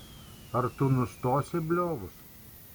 ar tu nustosi bliovus